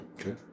Okay